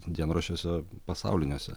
dienraščiuose pasauliniuose